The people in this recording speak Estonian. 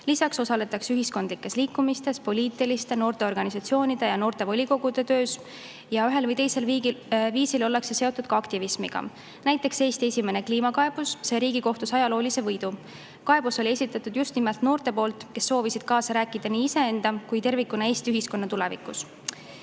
Lisaks osaletakse ühiskondlikes liikumistes, poliitiliste noorteorganisatsioonide ja noortevolikogude töös ja ühel või teisel viisil ollakse seotud ka aktivismiga. Näiteks, Eesti esimene kliimakaebus sai Riigikohtus ajaloolise võidu. Kaebuse esitasid just nimelt noored, kes soovisid kaasa rääkida nii iseendana kui ka tervikuna Eesti ühiskonna tulevikus.